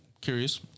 curious